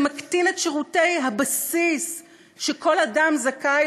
זה מקטין את שירותי הבסיס שכל אדם זכאי